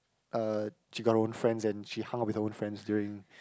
uh she got her own friends and she hung out with her own friends during